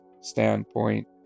standpoint